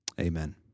Amen